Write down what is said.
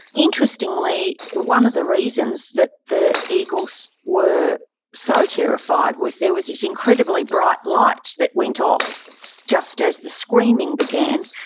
interestingly, one of the reasons that the eagles were so terrified was there was this incredibly bright light that went off just as the screaming began.